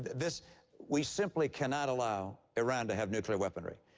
this we simply cannot allow iran to have nuclear weaponry.